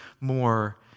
more